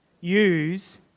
use